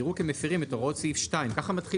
יראו כמפירים את הוראות סעיף 2". ככה מתחיל